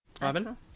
Robin